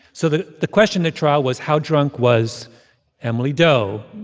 so the the question at trial was, how drunk was emily doe,